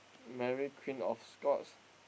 Mary Queen of Scots